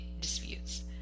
disputes